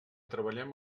treballem